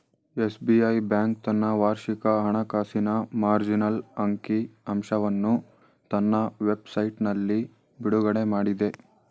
SBI bank ತನ್ನ ವಾರ್ಷಿಕ ಹಣಕಾಸಿನ ಮಾರ್ಜಿನಲ್ ಅಂಕಿ ಅಂಶವನ್ನು ತನ್ನ ವೆಬ್ ಸೈಟ್ನಲ್ಲಿ ಬಿಡುಗಡೆಮಾಡಿದೆ